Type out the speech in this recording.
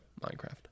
Minecraft